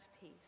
peace